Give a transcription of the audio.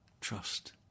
Trust